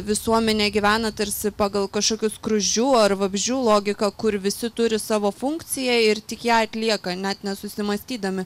visuomenė gyvena tarsi pagal kažkokių skruzdžių ar vabzdžių logiką kur visi turi savo funkciją ir tik ją atlieka net nesusimąstydami